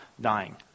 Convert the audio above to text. dying